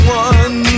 one